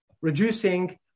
reducing